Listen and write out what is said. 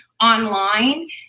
online